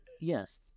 yes